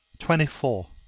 twenty four.